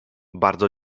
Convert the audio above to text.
bardzo